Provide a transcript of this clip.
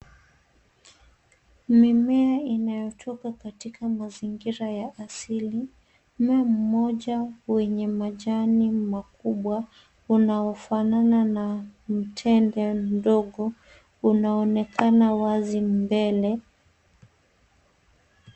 Mimea inayotoka katika mazingira ya asili. Mmea mmoja wenye majani makubwa unaofanana na mtende mdogo unaonekana wazi mbele.